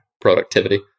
productivity